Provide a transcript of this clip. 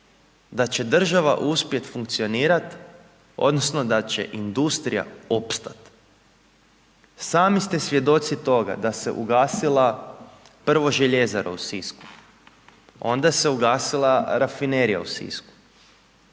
da će država uspjet funkcionirati odnosno da će industrija opstati. Sami ste svjedoci toga da se ugasila prvo željezara u Sisku, onda se ugasila rafinerija u Sisku,